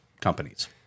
companies